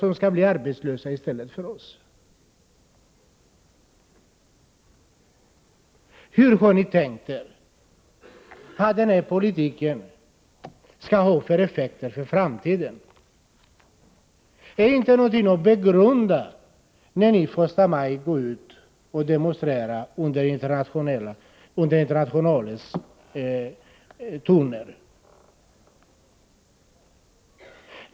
Vilka effekter har ni tänkt er att er politik skall få för framtiden? Är inte detta någonting att begrunda när ni går ut i förstamajdemonstrationer till tonerna av Internationalen?